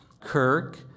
Kirk